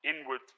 inward